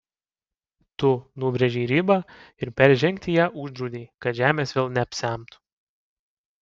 tu nubrėžei ribą ir peržengti ją uždraudei kad žemės vėl neapsemtų